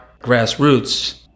grassroots